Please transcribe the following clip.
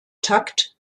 takt